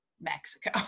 Mexico